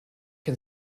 can